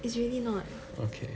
it's really not